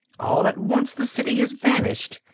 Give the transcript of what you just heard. all at once the city has vanished.